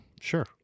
Sure